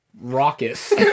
raucous